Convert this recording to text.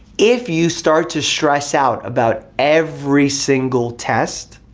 if you start to stress out about every single test,